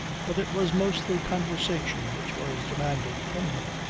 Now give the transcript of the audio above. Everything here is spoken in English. but it was mostly conversation which was demanded from her.